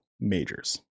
majors